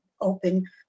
open